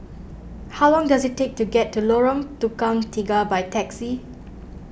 how long does it take to get to Lorong Tukang Tiga by taxi